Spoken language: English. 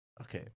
Okay